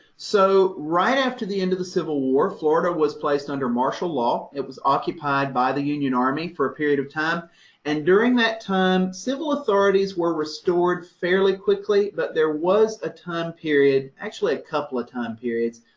so right after the end of the civil war, florida was placed under martial law. it was occupied by the union army for a period of time and during that time, civil authorities were restored fairly quickly, but there was a time period, actually a couple of time periods,